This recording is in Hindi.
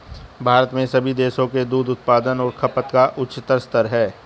भारत में सभी देशों के दूध उत्पादन और खपत का उच्चतम स्तर है